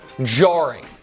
jarring